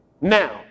Now